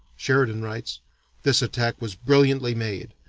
sheridan writes this attack was brilliantly made,